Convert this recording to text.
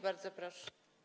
Bardzo proszę.